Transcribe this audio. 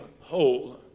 whole